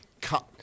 cut